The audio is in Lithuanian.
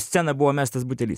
sceną buvo mestas butelys